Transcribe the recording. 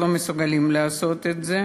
לא מסוגלים לעשות את זה.